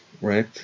Right